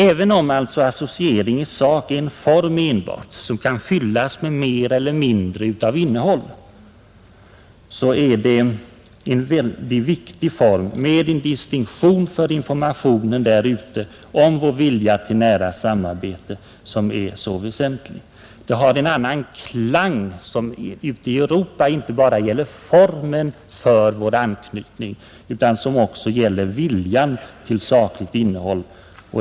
Även om alltså associering är enbart en form för ett avtal, som kan fyllas med mer eller mindre av innehåll, är det fråga om en mycket viktig form. Ordet associering rymmer också en distinktion för informationen i Europa om vår vilja till nära samarbete, som är väsentlig. Det har en annan klang, som ute i Europa inte bara gäller formen för vår anknytning utan som också tas som tecken på viljan till sakligt innehåll.